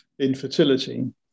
infertility